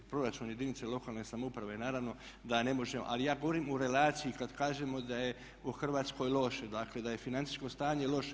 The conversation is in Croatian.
Jer proračun jedinice lokalne samouprave naravno da ne možemo, ali ja govorim o relaciji kad kažemo da je u Hrvatskoj loše, dakle da je financijsko stanje loše.